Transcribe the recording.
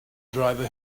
driver